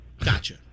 Gotcha